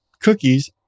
cookies